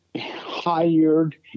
hired